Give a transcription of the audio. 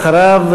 ואחריו,